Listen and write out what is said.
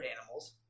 animals